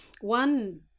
one